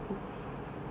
the person that came mabuk